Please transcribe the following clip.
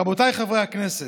רבותיי חברי הכנסת,